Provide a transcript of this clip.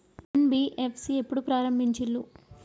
NBFC ఎప్పుడు ప్రారంభించిల్లు?